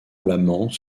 alamans